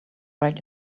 right